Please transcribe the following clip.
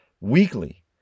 weekly